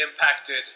impacted